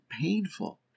painful